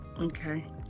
Okay